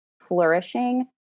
flourishing